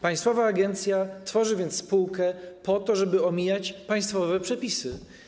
Państwowa agencja tworzy więc spółkę po to, żeby omijać państwowe przepisy.